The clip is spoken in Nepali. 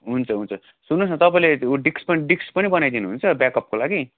हुन्छ हुन्छ सुन्नुहोस् न तपाईँले ऊ डिस्क पनि डिस्क पनि बनाइदिनु हुन्छ ब्याकअपको लागि